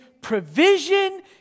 provision